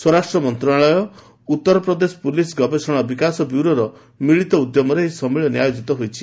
ସ୍ୱରାଷ୍ଟ୍ର ମନ୍ତ୍ରଣାଳୟ ଉତ୍ତର ପ୍ରଦେଶ ପୁଲିସ୍ ଗବେଷଣା ଓ ବିକାଶ ବ୍ୟୁରୋର ମିଳିତ ଉଦ୍ୟମରେ ଏହି ସମ୍ମିଳନୀ ଆୟୋଜିତ ହୋଇଛି